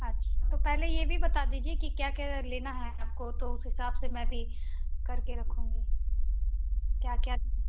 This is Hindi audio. अच्छा तो पहले ये भी बता दीजिए कि क्या क्या लेना है आपको तो उस हिसाब से मैं भी कर के रखूँगी क्या क्या